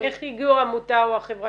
איך ידעו העמותה או החברה